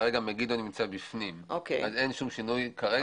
כרגע מגידו נמצא בפנים אז אין שום שינוי כרגע.